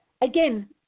again